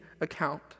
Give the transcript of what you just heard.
account